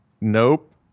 Nope